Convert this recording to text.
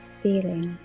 feeling